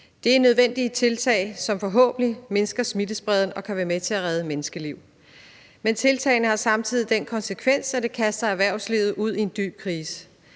Det er nødvendige tiltag, som forhåbentlig mindsker smittespredningen og kan være med til at redde menneskeliv. Men tiltagene har samtidig den konsekvens, at erhvervslivet kastes ud i en dyb krise.